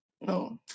No